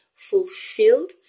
fulfilled